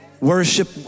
Worship